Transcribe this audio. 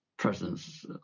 presence